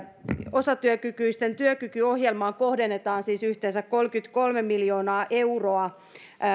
osatyökykyisten työkykyohjelmaan kohdennetaan siis yhteensä kolmekymmentäkolme miljoonaa euroa